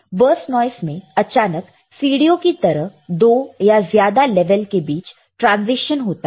burst noise में अचानक सीढ़ियों की तरह दो या ज्यादा लेवल के बीच ट्रांजीशन होता है